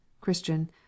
CHRISTIAN